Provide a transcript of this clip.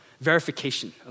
verification